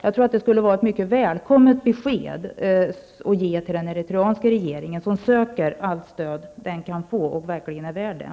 Det skulle vara ett välkommet besked att ge till den eritreanska regeringen, som söker allt stöd den kan få och verkligen är värd det.